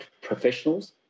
professionals